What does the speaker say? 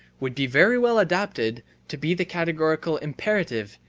would be very well adapted to be the categorical imperative,